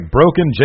Broken